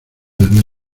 desde